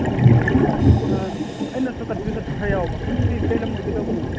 ꯎꯝ ꯎꯝ ꯑꯩꯅꯁꯨ ꯀꯟꯐ꯭ꯌꯨꯁ ꯆꯠꯄ ꯈꯔ ꯌꯥꯎꯕ ꯁꯤ ꯀꯔꯤ ꯂꯝ ꯑꯣꯏꯕꯤꯗꯧꯕꯅꯣ